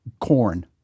corn